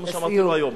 זה מה שאמרתי לו היום.